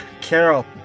Carol